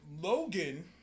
Logan